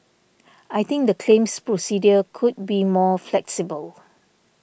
I think the claims procedure could be more flexible